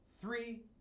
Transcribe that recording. three